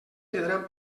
perdran